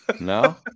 No